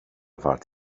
vart